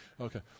Okay